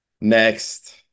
Next